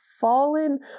fallen